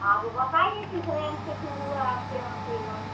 हाँ वो बताइए किस रेंज से शुरू है आपके यहाँ कीमत